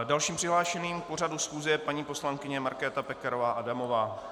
Dalším přihlášeným k pořadu schůze je paní poslankyně Markéta Pekarová Adamová.